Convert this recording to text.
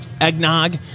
eggnog